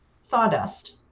sawdust